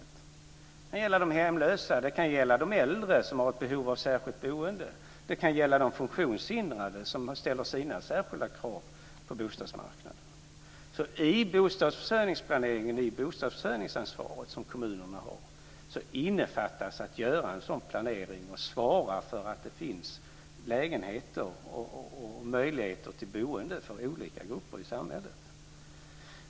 Det kan gälla de hemlösa, det kan gälla de äldre som har ett behov av särskilt boende och det kan gälla du funktionshindrade som ställer sina särskilda krav på bostadsmarknaden. I det nya bostadsförsörjningsansvar som kommunerna har innefattas att göra en sådan planering och svara för att det finns lägenheter och möjligheter till boende för olika grupper i samhället.